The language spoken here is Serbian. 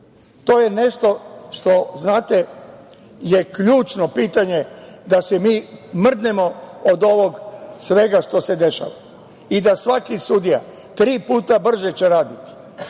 To je nešto što je ključno pitanje da se mi mrdnemo od ovog svega što se dešava i da svaki sudija tri puta brže će raditi